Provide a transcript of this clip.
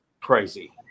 crazy